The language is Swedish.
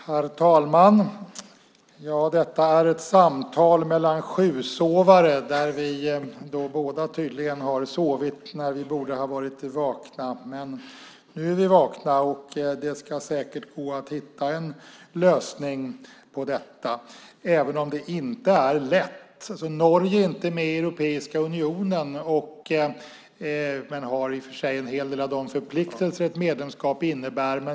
Herr talman! Detta är ett samtal mellan sjusovare. Vi har tydligen båda sovit när vi borde ha varit vakna. Nu är vi vakna, och det ska säkert gå att hitta en lösning på detta - även om det inte är lätt. Norge är inte med i Europeiska unionen men har i och för sig en hel del av de förpliktelser ett medlemskap innebär.